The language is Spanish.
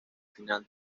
final